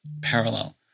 parallel